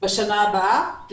בשנה הבאה?